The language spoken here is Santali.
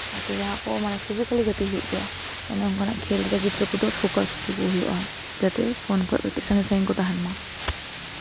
ᱟᱨᱠᱤ ᱡᱟᱦᱟᱸ ᱠᱚ ᱢᱟᱱᱮ ᱯᱷᱤᱡᱤᱠᱮᱞᱤ ᱜᱟᱛᱮ ᱦᱩᱭᱩᱜ ᱜᱮᱭᱟ ᱚᱱᱮ ᱚᱱᱠᱟᱱᱟᱜ ᱠᱷᱮᱹᱞ ᱜᱤᱫᱽᱨᱟᱹ ᱠᱚᱫᱚ ᱯᱷᱳᱠᱟᱥ ᱦᱚᱪᱚ ᱠᱚ ᱦᱩᱭᱩᱜᱼᱟ ᱡᱟᱛᱮ ᱯᱷᱳᱱ ᱠᱷᱚᱱ ᱠᱟᱹᱴᱤᱡ ᱥᱟᱺᱜᱤᱧ ᱥᱟᱺᱜᱤᱧ ᱠᱚ ᱛᱟᱦᱮᱸᱱ ᱢᱟ